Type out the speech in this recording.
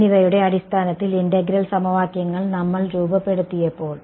എന്നിവയുടെ അടിസ്ഥാനത്തിൽ ഇന്റഗ്രൽ സമവാക്യങ്ങൾ നമ്മൾ രൂപപ്പെടിത്തിയപ്പോൾ